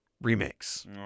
remakes